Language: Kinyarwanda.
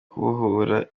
kubohora